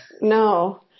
No